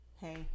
hey